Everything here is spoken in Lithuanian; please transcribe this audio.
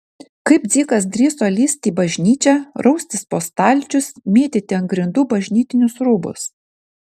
kaip dzikas drįso lįsti į bažnyčią raustis po stalčius mėtyti ant grindų bažnytinius rūbus